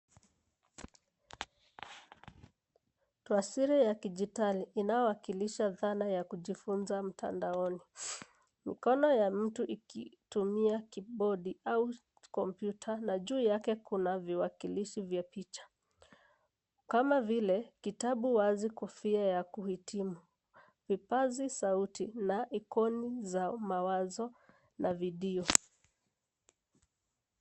Taswira ya kidijitali inayowakilisha dhana ya kujifunza mtandaoni. Mkono ya mtu ikitumia kibodi au kompyuta na juu yake kuna viwakilishi vya picha kama vile kitabu wazi, kofia ya kuhitimu, vipazi sauti na aikoni za mawazo na video.